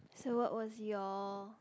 so what was your